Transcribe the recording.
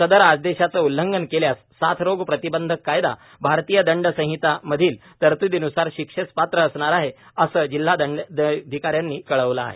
सदर आदेशाचे उल्लंघन केल्यास साथरोग प्रतिबंधक कायदा भारतीय दंड संहिता मधील तरत्दीन्सार शिक्षेस पात्र असणार आहे असे जिल्हादंडाधिकाऱ्यानी कळविले आहे